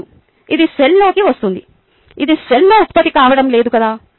లేదు ఇది సెల్ లోకి వస్తోంది ఇది సెల్ లో ఉత్పత్తి కావడం లేదు కదా